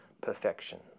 perfection